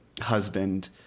husband